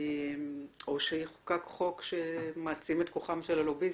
או שיחוקק חוק שמעצים את כוחם של הלוביסטים.